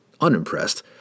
unimpressed